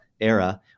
era